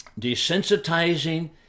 desensitizing